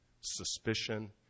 suspicion